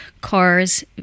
cars